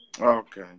okay